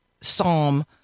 Psalm